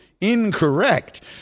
incorrect